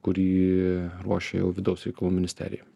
kurį ruošia jau vidaus reikalų ministerija